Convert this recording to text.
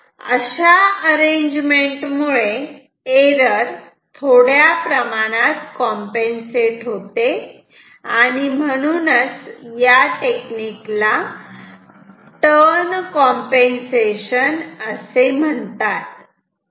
तेव्हा अशा अरेंजमेंट मुळे एरर थोड्या प्रमाणात कॉम्पेन्सेट होते आणि म्हणून याला टर्न कॉम्पेन्सेशन असे म्हणतात